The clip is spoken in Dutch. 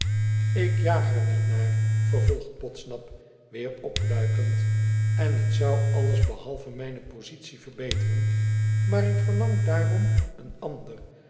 ik jaag er niet naar vervolgt podsnap weer opluikend ten het zou alles behalve mijne positie verbeteren maar ik verlang daarom een ander